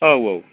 औ औ